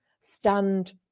stand